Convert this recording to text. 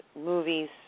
movies